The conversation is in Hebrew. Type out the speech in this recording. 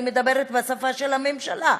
אני מדברת בשפה של הממשלה,